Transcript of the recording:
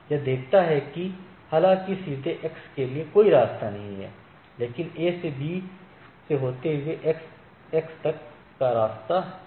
यह देखता है कि हालांकि सीधे X के लिए कोई रास्ता नहीं है लेकिन A से B से होते हुए X तक का रास्ता है